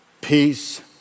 peace